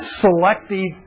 selective